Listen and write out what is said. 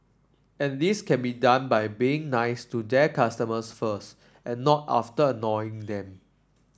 and this can be done by being nice to their customers first and not after annoying them